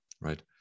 right